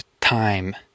time